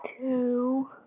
two